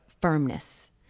firmness